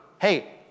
hey